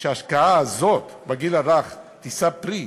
שההשקעה הזו בגיל הרך תישא פרי,